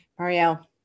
Marielle